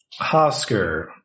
Hosker